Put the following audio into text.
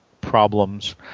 problems